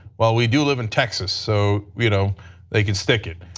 well, we do live in texas so you know they can stick it.